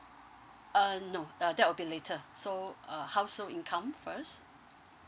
uh no uh that will be later so uh household income first